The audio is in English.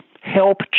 help